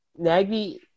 Nagby